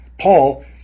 Paul